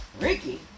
Ricky